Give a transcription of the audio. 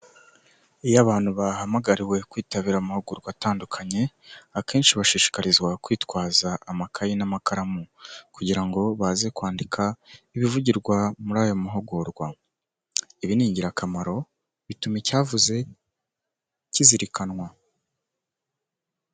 Iyo abantu bahamagariwe kwitabira amahugurwa atandukanye, akenshi bashishikarizwa kwitwaza amakayi n'amakaramu, kugira ngo baze kwandika ibivugirwa muri aya mahugurwa. Ibi ni ingirakamaro bituma icyavuzwe kizirikanwa.